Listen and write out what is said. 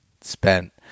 spent